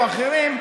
או אחרים,